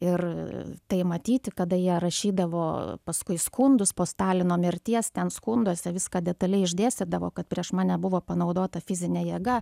ir tai matyti kada jie rašydavo paskui skundus po stalino mirties ten skunduose viską detaliai išdėstydavo kad prieš mane buvo panaudota fizinė jėga